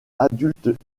adultes